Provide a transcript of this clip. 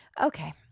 Okay